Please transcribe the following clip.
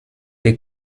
they